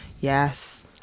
Yes